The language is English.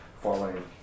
following